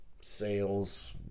sales